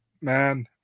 man